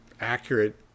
accurate